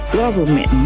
government